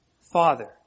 Father